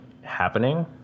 happening